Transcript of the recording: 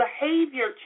behavior